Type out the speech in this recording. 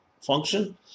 function